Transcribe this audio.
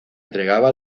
entregaba